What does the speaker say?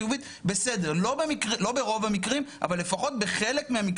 לאוכלוסיות מסוימות כי שם היה לנו מאוד מאוד קריטי אבחון מהיר